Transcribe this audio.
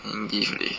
and gift already